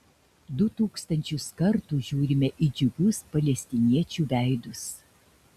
du tūkstančius kartų žiūrime į džiugius palestiniečių veidus